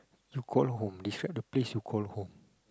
you call home describe the place you call home